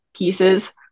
pieces